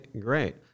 great